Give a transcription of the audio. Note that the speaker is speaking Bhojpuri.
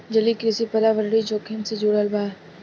जलीय कृषि पर्यावरणीय जोखिम से जुड़ल बा